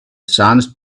chance